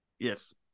Yes